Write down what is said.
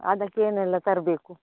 ಅದಕ್ಕೆ ಏನೆಲ್ಲ ತರಬೇಕು